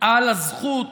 על הזכות